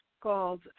called